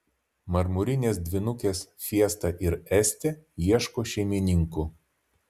marmurinės dvynukės fiesta ir estė ieško šeimininkų